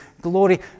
glory